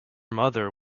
mother